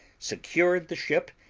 secured the ship,